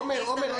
עומר,